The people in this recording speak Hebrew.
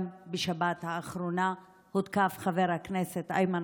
גם בשבת האחרונה הותקף חבר הכנסת איימן